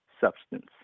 substance